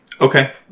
Okay